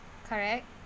correct